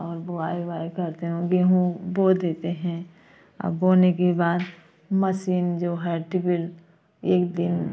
और बोआई वोअई करती हूँ गेहूँ बो देते हैं बोने के बाद मशीन जो है टिबिल एक दिन